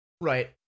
Right